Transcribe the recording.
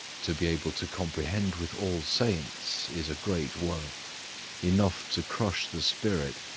to be able to comprehend with all saints, is a great work enough to crush the spirit,